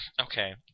Okay